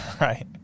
Right